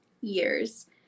years